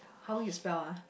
how you spell ah